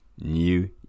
New